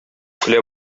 көлә